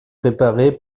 préparée